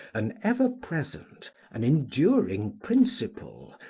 an ever-present, an enduring principle,